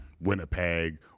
Winnipeg